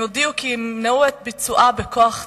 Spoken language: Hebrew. הם הודיעו כי ימנעו את ביצועה בכוח צבאי.